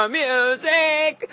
music